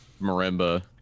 marimba